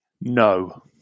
No